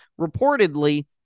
reportedly